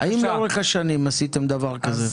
האם לאורך השנים עשיתם דבר כזה?